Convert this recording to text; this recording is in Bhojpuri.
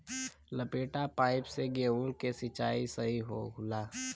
लपेटा पाइप से गेहूँ के सिचाई सही होला?